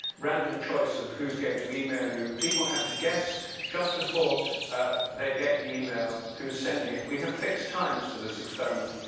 random choice of who's getting to email you. people have to guess just before they get the email who's sending it. we have fixed times for this experiment.